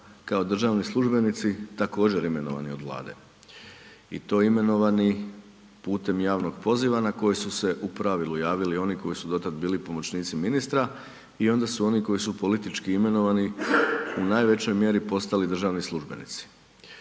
kao državni službenici, također imenovani od Vlade i to imenovani putem javnog poziva na koji su se u pravilu javili oni koji su do tad bili pomoćnici ministra i onda su opni koji su politički imenovani u najvećoj mjeri postali državni službenici.